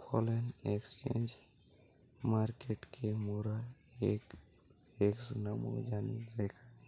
foreign exchange মার্কেটকে মোরা FX নামেও জানি যেখানে